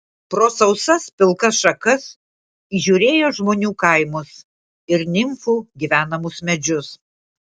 pro sausas pilkas šakas įžiūrėjo žmonių kaimus ir nimfų gyvenamus medžius